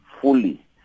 fully